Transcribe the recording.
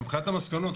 מבחינת המסקנות,